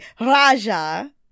Raja